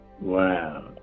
Wow